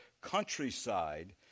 countryside